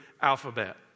alphabet